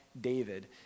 David